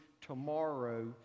tomorrow